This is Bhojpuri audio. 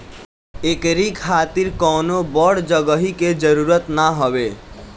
एकरी खातिर कवनो बड़ जगही के जरुरत ना हवे